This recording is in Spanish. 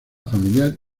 familiar